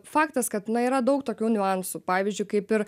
faktas kad yra daug tokių niuansų pavyzdžiui kaip ir